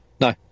No